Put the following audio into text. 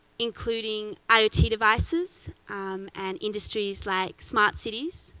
including iot devices and industries like smart cities,